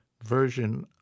version